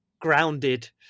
Grounded